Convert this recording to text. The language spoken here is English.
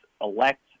elect